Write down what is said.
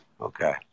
Okay